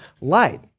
light